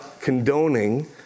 condoning